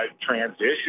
transition